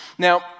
Now